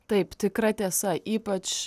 taip tikra tiesa ypač